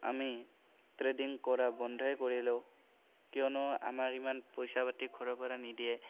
আমি ট্ৰেডিং কৰা বন্ধই কৰিলোঁ কিয়নো আমাৰ ইমান পইচা পাতি ঘৰৰ পৰা নিদিয়ে